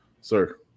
sir